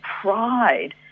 pride